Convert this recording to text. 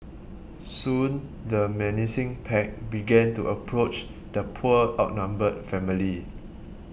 soon the menacing pack began to approach the poor outnumbered family